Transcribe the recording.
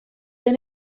been